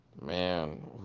man